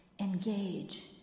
Engage